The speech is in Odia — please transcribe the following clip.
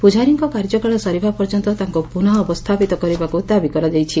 ପ୍ରକାହାରୀଙ୍କ କାର୍ଯ୍ୟକାଳ ସରିବା ପର୍ଯ୍ୟନ୍ତ ତାଙ୍କୁ ପୁନଃ ଅବସ୍ରାପିତ କରିବାକୁ ଦାବି କରାଯାଇଛି